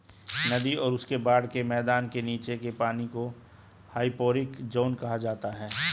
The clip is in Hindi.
नदी और उसके बाढ़ के मैदान के नीचे के पानी को हाइपोरिक ज़ोन कहा जाता है